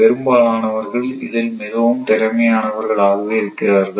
பெரும்பாலானவர்கள் இதில் மிகவும் திறமையானவர்கள் ஆகவே இருக்கிறார்கள்